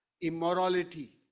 immorality